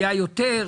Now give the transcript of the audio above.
היה יותר?